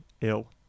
ill